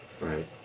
Right